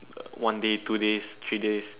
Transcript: one day two days three days